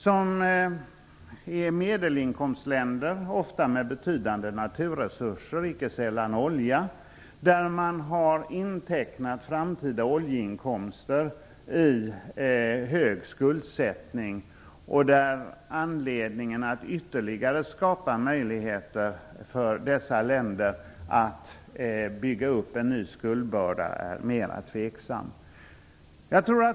Det är medelinkomstländer, ofta med betydande naturresurser, icke sällan olja, där man har intecknat framtida oljeinkomster i hög skuldsättning. Det är mer tveksamt att ytterligare skapa möjligheter för dessa länder att bygga upp en ny skuldbörda.